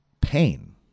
pain